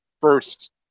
first